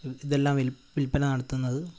ഇതെല്ലാം വിൽപ്പന നടത്തുന്നത്